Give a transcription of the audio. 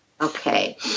Okay